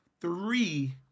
three